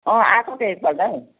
आएको थिएँ एक पल्ट